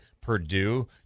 Purdue